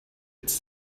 its